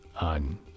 on